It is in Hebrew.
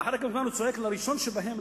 ואחרי כמה זמן הוא צועק לראשון שבהם,